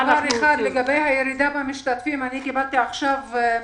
לגבי הירידה במשתתפים קיבלתי כעת